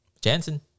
Jansen